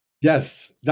Yes